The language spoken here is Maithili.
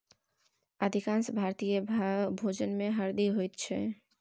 अधिकांश भारतीय भोजनमे हरदि होइत छै